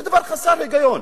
זה דבר חסר היגיון.